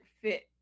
fit